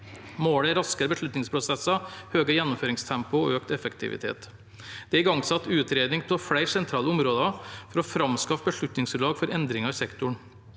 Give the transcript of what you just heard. Målet er raskere beslutningsprosesser, høyere gjennomføringstempo og økt effektivitet. Det er igangsatt utredning av flere sentrale områder for å framskaffe beslutningsgrunnlag for endringer i sektoren.